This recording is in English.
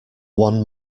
one